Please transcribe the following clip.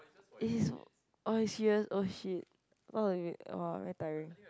it is oh you serious !oh shit! what are we !wah! very tiring